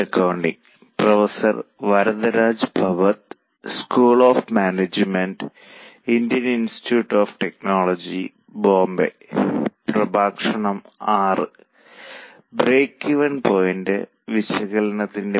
കഴിഞ്ഞ കുറച്ച് സെഷനുകളിൽ നമ്മൾ കോസ്റ്റ് വോളിയം ലാഭവിശകലനത്തെ കുറിച്ചും ബിഇപി വിശകലനത്തെ കുറിച്ചും വിവിധ തീരുമാനങ്ങൾ എടുക്കുന്ന സാഹചര്യത്തിൽ അത് എങ്ങനെ പ്രയോഗിക്കാമെന്നതിനെ കുറിച്ചും ചർച്ച ചെയ്തു